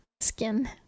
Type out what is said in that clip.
skin